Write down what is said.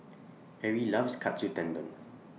Erie loves Katsu Tendon